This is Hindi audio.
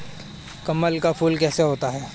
कमल का फूल कैसा होता है?